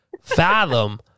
fathom